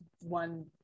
one